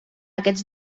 aquests